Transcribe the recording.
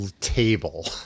table